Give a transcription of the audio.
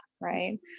right